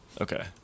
Okay